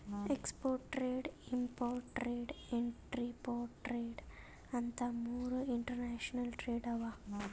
export trade, import trade, entrepot trade ಅಂತ್ ಮೂರ್ international trade ಅವಾ